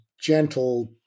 gentle